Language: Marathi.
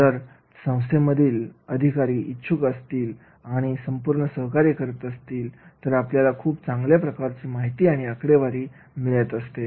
जर संस्थेमधील अधिकारी इच्छुक असतील आणि संपूर्ण सहकार्य करत असतील तर आपल्याला खूप चांगल्या प्रकारची माहिती आणि आकडेवारी मिळत असते